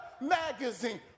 magazine